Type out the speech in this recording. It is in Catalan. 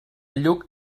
lluc